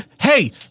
Hey